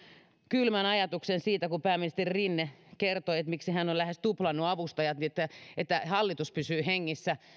kylmän ajatuksen kun pääministeri rinne kertoi että hän on lähes tuplannut avustajat siksi että hallitus pysyy hengissä